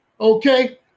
okay